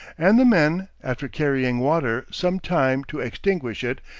and the men, after carrying water some time to extinguish it,